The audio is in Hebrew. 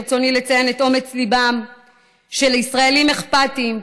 ברצוני לציין את אומץ ליבם של ישראלים אכפתיים,